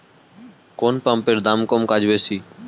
কোন পাম্পের দাম কম কাজ বেশি?